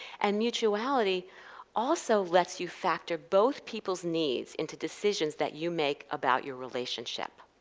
and mutuality also lets you factor both people's needs into decisions that you make about your relationship.